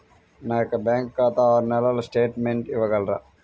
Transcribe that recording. నా యొక్క బ్యాంకు ఖాతా ఆరు నెలల స్టేట్మెంట్ ఇవ్వగలరా?